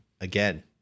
again